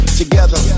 together